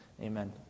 amen